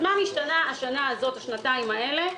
מה נשתנה השנה הזאת, השנתיים האלה,